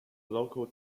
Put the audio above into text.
local